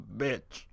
bitch